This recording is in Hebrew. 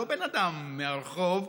לא בן אדם מהרחוב.